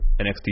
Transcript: NXT